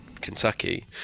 kentucky